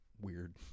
Weird